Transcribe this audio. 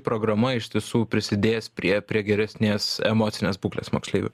programa iš tiesų prisidės prie prie geresnės emocinės būklės moksleivių